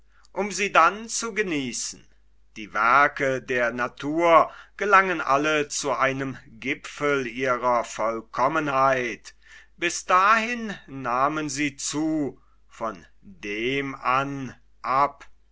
um sie dann zu genießen die werke der natur gelangen alle zu einem gipfel der vollkommenheit bis dahin nahmen sie zu von dem an ab